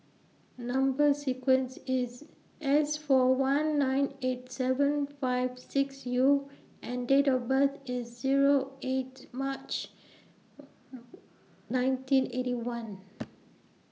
Number sequence IS S four one nine eight seven five six U and Date of birth IS Zero eight March nineteen Eighty One